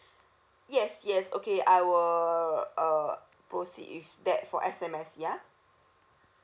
yes yes okay I will uh proceed with that for S_M_S ya